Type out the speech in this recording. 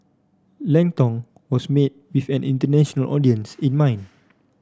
Lang Tong was made with an international audience in mind